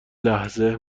لحظه